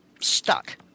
stuck